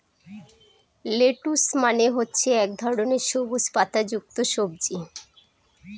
lettuce মানে হচ্ছে এক ধরনের সবুজ পাতা যুক্ত সবজি